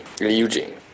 Eugene